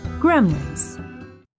Gremlins